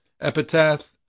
epitaph